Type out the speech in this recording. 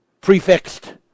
prefixed